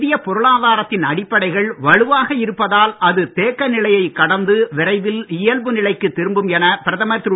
இந்தியப் பொருளாதாரத்தின் அடிப்படைகள் வலுவாக இருப்பதால் அது தேக்க நிலையைக் கடந்து விரைவில் இயல்பு நிலைக்குத் திரும்பும் என பிரதமர் திரு